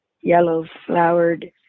yellow-flowered